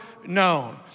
known